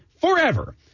forever